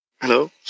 Hello